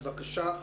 אז בבקשה לפי הסדר,